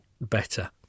better